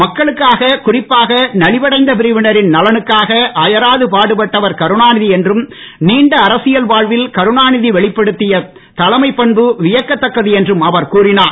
மக்களுக்காக குறிப்பாக நலிவடைந்த பிரிவினரின் நலனுக்காக அயராது பாடுபட்டவர் கருநாநிதி என்றும் நீண்ட அரசியல் வாழ்வில் கருணாநிதி வெளிப்படுத்திய தலைமைப் பண்பு வியக்கத்தக்கது என்றும் அவர் கூறினார்